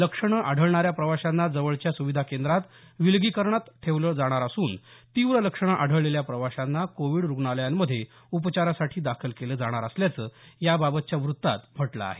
लक्षणं आढळणाऱ्या प्रवाशांना जवळच्या सुविधा केंद्रात विलगीकरणात ठेवलं जाणार असून तीव्र लक्षणं आढळलेल्या प्रवाशांना कोविड रुग्णालयांमध्ये उपचारासाठी दाखल केलं जाणार असल्याचं याबाबतच्या व्रत्तात म्हटलं आहे